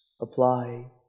apply